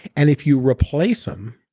and if you replace them,